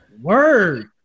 word